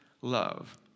love